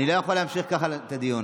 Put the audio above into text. אני לא יכול להמשיך ככה את הדיון.